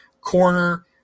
corner